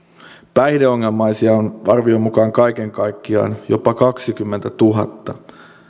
päihdeongelmaisia on arvion mukaan kaiken kaikkiaan jopa kaksikymmentätuhatta